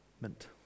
mint